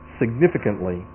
significantly